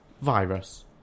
virus